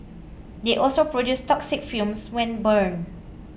they also produce toxic fumes when burned